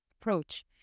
approach